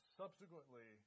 subsequently